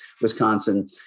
Wisconsin